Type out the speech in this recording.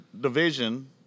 division